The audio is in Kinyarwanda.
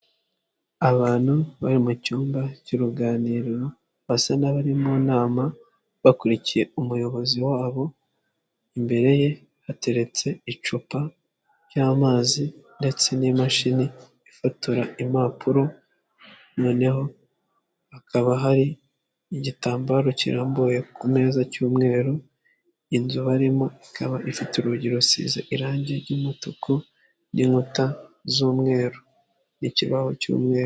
Abantu bari mu cyumba cy'uruganiriro, basa n'abari mu nama, bakurikiye umuyobozi wabo, imbere ye hateretse icupa ry'amazi ndetse n'imashini ifotora impapuro, noneho hakaba hari igitambaro kirambuye ku meza cy'umweru, inzu barimo ikaba ifite urugi rusize irangi ry'umutuku n'inkuta z'umweru n'ikibaho cy'umweru.